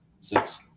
six